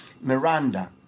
Miranda